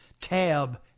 Tab